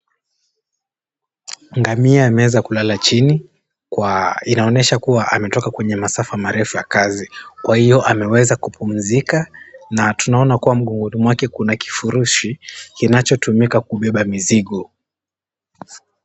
Ngamia ameweza kulala chini kwa inaonyesha kuwa ametoka katika masafa marefu ya kazi, kwa hiyo ameweza kupumzika na tunaona kuwa mgongoni mwake kifurushi kinachotomika kubeba mizigo.